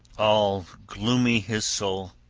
all gloomy his soul,